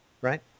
right